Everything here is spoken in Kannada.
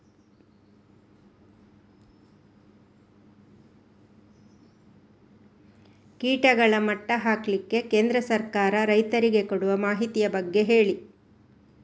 ಕೀಟಗಳ ಮಟ್ಟ ಹಾಕ್ಲಿಕ್ಕೆ ಕೇಂದ್ರ ಸರ್ಕಾರ ರೈತರಿಗೆ ಕೊಡುವ ಮಾಹಿತಿಯ ಬಗ್ಗೆ ಹೇಳಿ